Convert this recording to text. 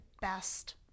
best